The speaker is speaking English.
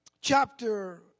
chapter